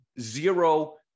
zero